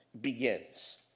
begins